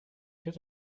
could